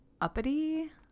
uppity